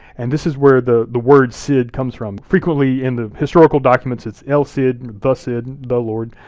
and this is where the the word cid comes from. frequently in the historical documents it's el cid, the cid, the lord,